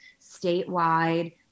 statewide